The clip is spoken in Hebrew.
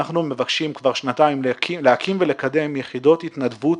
אנחנו מבקשים כבר שנתיים להקים ולקדם יחידות התנדבות